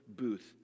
Booth